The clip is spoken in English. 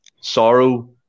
Sorrow